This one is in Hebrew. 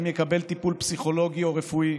אם יקבל טיפול פסיכולוגי או רפואי.